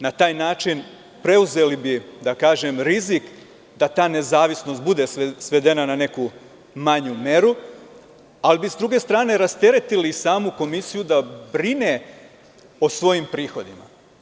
Na taj način preuzeli bi rizik da ta nezavisnost bude svedena na neku manju meru, ali bi sa druge strane rasteretili samu komisiju da brine o svojim prihodima.